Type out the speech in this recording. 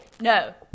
no